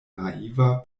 naiva